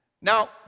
Now